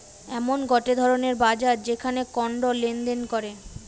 এমন গটে ধরণের বাজার যেখানে কন্ড লেনদেন করে